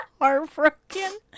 heartbroken